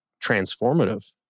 transformative